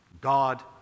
God